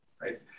right